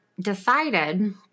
decided